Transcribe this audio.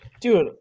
Dude